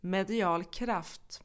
Medialkraft